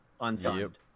unsigned